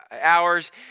hours